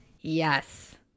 yes